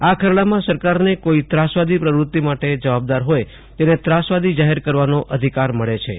આ ખરડામાં સરકારને કોઇ ત્રાસવાદી પ્રવૃતિ માટે જવાબદાર હોય તેને ત્રાસવાદી જાહેર કરવાનો અધિકાર મળેછે